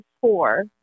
four